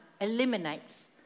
eliminates